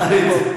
באמת.